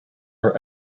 her